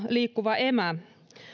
liikkuva emä